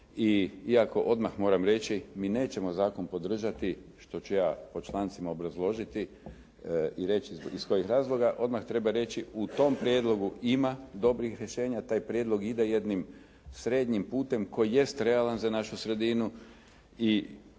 iako odmah moram reći mi nećemo zakon podržati što ću ja po člancima obrazložiti i reći iz kojih razloga. Odmah treba reći u tom prijedlogu ima dobrih rješenja. Taj prijedlog ide jednim srednjim putem koji jest realan za našu sredinu i